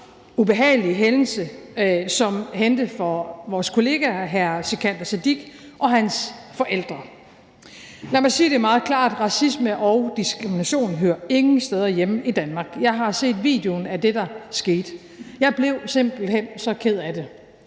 ubehagelige hændelse, som hændte for vores kollega hr. Sikandar Siddique og hans forældre. Lad mig sige det meget klart: Racisme og diskrimination hører ingen steder hjemme i Danmark. Jeg har set videoen af det, der skete. Jeg blev simpelt hen så ked af det.